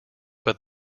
but